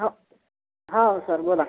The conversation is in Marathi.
हो हो सर बोला